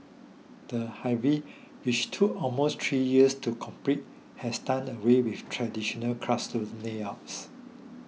the Hive which took almost three years to complete has done away with traditional classroom layouts